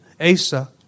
Asa